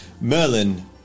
Merlin